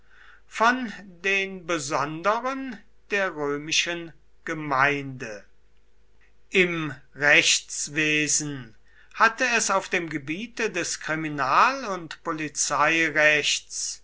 von den besonderen der römischen gemeinde im rechtswesen hatte es auf dem gebiete des kriminal und polizeirechts